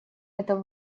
это